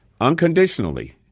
unconditionally